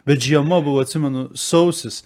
bet žiema buvo atsimenu sausis